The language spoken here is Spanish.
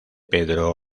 pedro